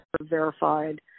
verified